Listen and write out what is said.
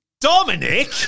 Dominic